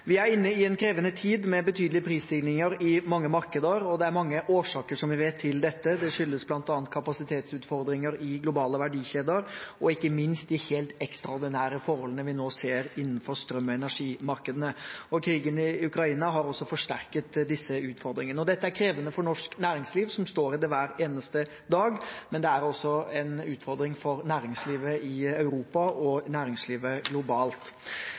Vi er inne i en krevende tid med betydelige prisstigninger i mange markeder, og det er mange årsaker til dette, som vi vet. Det skyldes bl.a. kapasitetsutfordringer i globale verdikjeder og ikke minst de helt ekstraordinære forholdene vi nå ser innenfor strøm- og energimarkedene. Krigen i Ukraina har også forsterket disse utfordringene. Dette er krevende for norsk næringsliv, som står i det hver eneste dag, men det er også en utfordring for næringslivet i Europa og næringslivet globalt.